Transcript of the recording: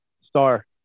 Star